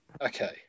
Okay